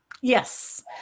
Yes